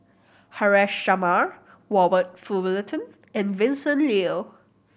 Haresh Sharma Robert Fullerton and Vincent Leow